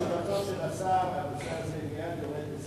אתה תתפלא שבתשובתו של השר הנושא הזה ירד מסדר-היום.